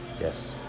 Yes